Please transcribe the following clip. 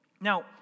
Now